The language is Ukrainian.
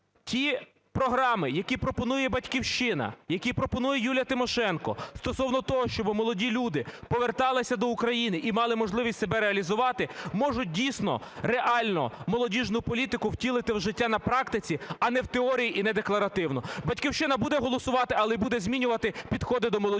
ті програми, які пропонує "Батьківщина", які пропонує Юлія Тимошенко стосовно того, щоби молоді люди поверталися до України і мали можливість себе реалізувати, можуть дійсно реально молодіжну політику втілити в життя на практиці, а не в теорії і не декларативно. "Батьківщина" буде голосувати, але і буде змінювати підходи до молодіжної